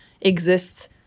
exists